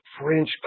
French